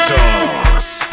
Sauce